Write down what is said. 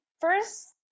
first